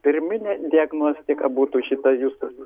pirminė diagnostika būtų šita jūsų